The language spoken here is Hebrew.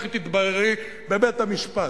לכי תתבררי בבית-המשפט.